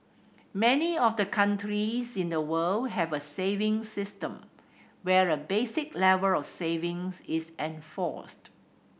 many of the countries in the world have a saving system where a basic level of saving is enforced